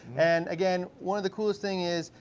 and again one of the coolest thing is,